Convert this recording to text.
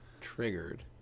Triggered